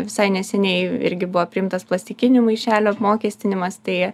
visai neseniai irgi buvo priimtas plastikinių maišelių apmokestinimas tai